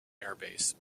airbase